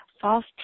false